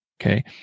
okay